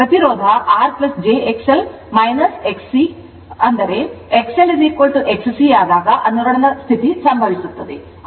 ಪ್ರತಿರೋಧ R jXL XC XLXC ಆದಾಗ ಅನುರಣನ ಸ್ಥಿತಿ ಸಂಭವಿಸುತ್ತದೆ